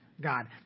God